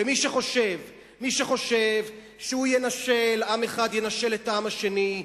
ומי שחושב שהוא ינשל עם אחד ינשל את העם השני,